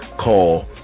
call